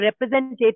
representative